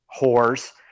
whores